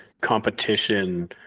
competition